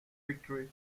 victory